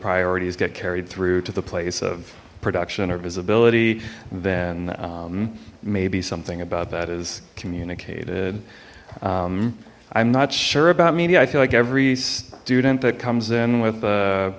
priorities get carried through to the place of production or visibility then maybe something about that is communicated i'm not sure about media i feel like every student that comes in with a